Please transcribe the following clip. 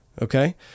Okay